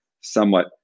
somewhat